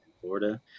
Florida